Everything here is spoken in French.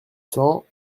cents